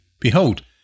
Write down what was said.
Behold